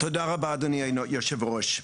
תודה רבה אדוני היושב ראש.